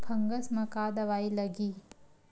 Fungus म का दवाई लगी?